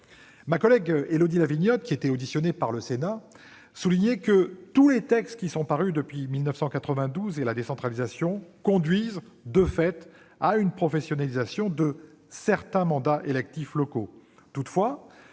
Ma collègue Élodie Lavignotte, auditionnée par le Sénat, soulignait que tous les textes parus depuis 1992 et la décentralisation conduisent, de fait, à une professionnalisation de certains mandats électifs locaux.